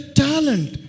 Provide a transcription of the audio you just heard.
talent